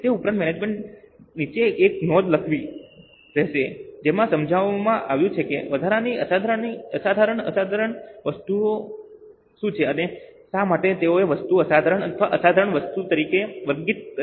તે ઉપરાંત મેનેજમેન્ટે નીચે એક નોંધ લખવાની રહેશે જેમાં સમજાવવામાં આવ્યું છે કે વધારાની અસાધારણ અસાધારણ વસ્તુ શું છે અને શા માટે તેઓએ તે વસ્તુને અસાધારણ અથવા અસાધારણ તરીકે વર્ગીકૃત કરી છે